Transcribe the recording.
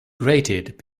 grated